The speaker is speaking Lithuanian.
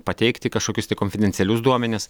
pateikti kažkokius tai konfidencialius duomenis